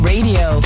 Radio